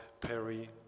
Perry